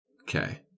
Okay